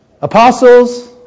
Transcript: Apostles